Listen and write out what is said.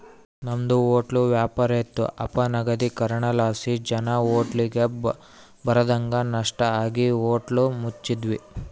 ನಮ್ದು ಹೊಟ್ಲ ವ್ಯಾಪಾರ ಇತ್ತು ಅಪನಗದೀಕರಣಲಾಸಿ ಜನ ಹೋಟ್ಲಿಗ್ ಬರದಂಗ ನಷ್ಟ ಆಗಿ ಹೋಟ್ಲ ಮುಚ್ಚಿದ್ವಿ